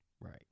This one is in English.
Right